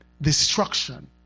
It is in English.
destruction